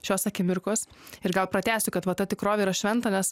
šios akimirkos ir gal pratęsiu kad va ta tikrovė yra šventa nes